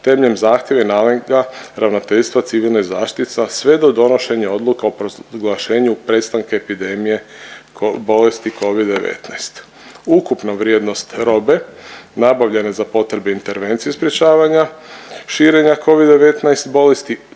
temeljem zahtjeva naloga Ravnateljstva civilne zaštite, a sve do donošenja Odluka o proglašenju prestanka epidemije bolesti covid-19. Ukupna vrijednost robe nabavljene za potrebe intervencije sprečavanja širenja covida-19 bolesti